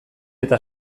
eta